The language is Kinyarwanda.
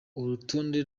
urutonde